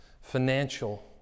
Financial